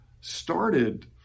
started